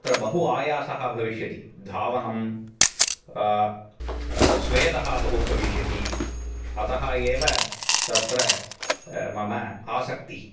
अत्र बहु आयासाः भविष्यति धावनं श्वेदः बहु भविष्यति अतः एव तत्र मम आसक्तिः